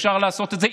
אפשר לעשות את זה,